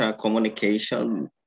communication